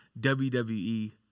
WWE